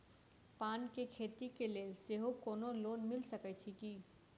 पान केँ खेती केँ लेल सेहो कोनो लोन मिल सकै छी की?